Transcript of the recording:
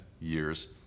years